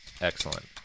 Excellent